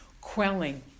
quelling